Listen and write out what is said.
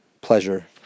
pleasure